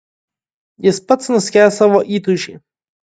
jis pats nuskęs savo įtūžy